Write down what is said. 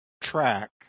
track